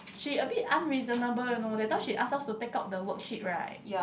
she a bit unreasonable you know that time she asks us to take out the worksheet right